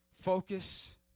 focus